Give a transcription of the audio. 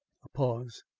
a pause.